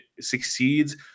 succeeds